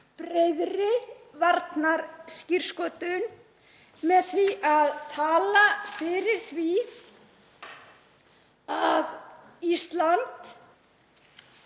breiðri varnarskírskotun, með því að tala fyrir því að Ísland